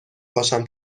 پاشم